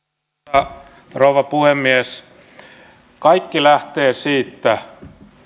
arvoisa rouva puhemies kaikki lähtee siitä